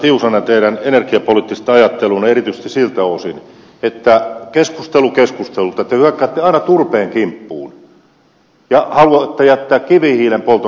tiusanen teidän energiapoliittista ajatteluanne erityisesti siltä osin että keskustelu keskustelulta te hyökkäätte aina turpeen kimppuun ja haluatte jättää kivihiilen polton rauhaan